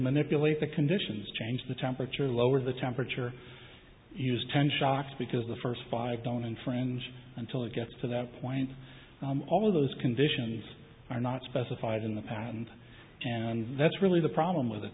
manipulate the conditions change the temperature or lower the temperature used ten shots because the first five don't infringe until it gets to that point i'm all those conditions are not specified in the patent and that's really the problem with it